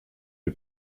des